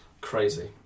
Crazy